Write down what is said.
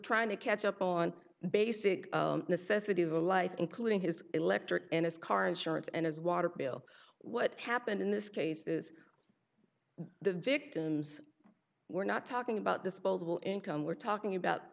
trying to catch up on basic necessities of life including his electric and his car insurance and his water bill what happened in this case is the victims we're not talking about disposable income we're talking about